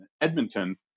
Edmonton